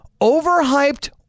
overhyped